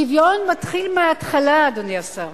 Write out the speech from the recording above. שוויון מתחיל מההתחלה, אדוני השר: